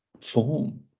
form